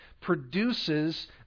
produces